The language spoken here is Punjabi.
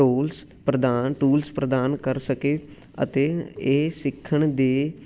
ਟੋਲਸ ਪ੍ਰਦਾਨ ਟੂਲਸ ਪ੍ਰਦਾਨ ਕਰ ਸਕੇ ਅਤੇ ਇਹ ਸਿੱਖਣ ਦੇ